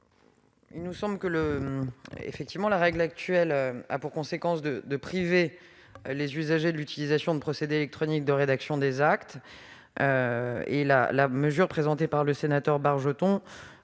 du Gouvernement ? La règle actuelle a pour conséquence de priver les usagers de l'utilisation de procédés électroniques de rédaction des actes. La mesure proposée par le sénateur Bargeton